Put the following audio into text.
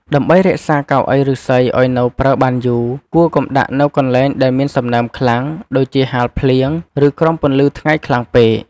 ដើម្បីរក្សាកៅអីឫស្សីឲ្យនៅប្រើបានយូរ គួរកុំដាក់នៅកន្លែងដែលមានសំណើមខ្លាំង ដូចជាហាលភ្លៀង ឬក្រោមពន្លឺថ្ងៃខ្លាំងពេក។